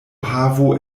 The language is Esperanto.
havu